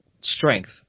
strength